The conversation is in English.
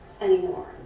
anymore